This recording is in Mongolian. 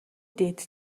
дээд